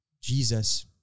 Jesus